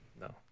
No